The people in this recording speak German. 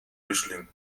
mischling